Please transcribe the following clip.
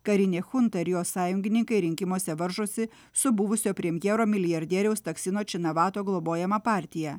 karinė chunta ir jo sąjungininkai rinkimuose varžosi su buvusio premjero milijardieriaus taksino činavato globojama partija